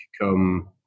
come